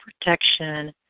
protection